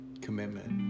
commitment